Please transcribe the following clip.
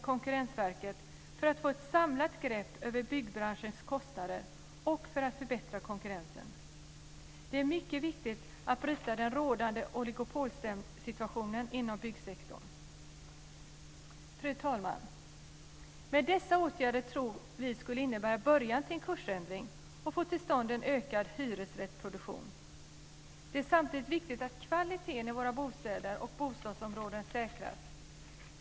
Konkurrensverket för att få ett samlat grepp över byggbranschens kostnader och för att förbättra konkurrensen. Det är mycket viktigt att bryta den rådande oligopolsituationen inom byggsektorn. Fru talman! Dessa åtgärder tror vi skulle innebära början till en kursändring för att få till stånd en ökad hyresrättsproduktion. Det är samtidigt viktigt att kvaliteten i våra bostäder och bostadsområden säkras.